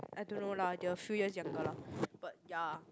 I don't know lah they are few years younger lah but ya